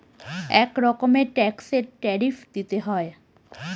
এক রকমের ট্যাক্সে ট্যারিফ দিতে হয়